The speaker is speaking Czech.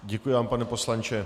Děkuji vám, pane poslanče.